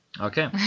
Okay